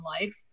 life